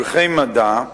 "פרחי מדע",